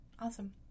Awesome